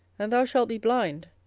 and thou shalt be blind,